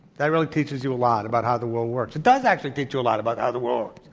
that really teaches you a lot about how the world works. it does actually teach you a lot about how the world